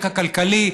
רקע כלכלי,